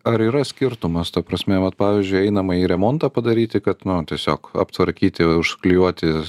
ar yra skirtumas ta prasme vat pavyzdžiui einamąjį remontą padaryti kad nu tiesiog aptvarkyti užklijuoti